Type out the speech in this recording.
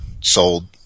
sold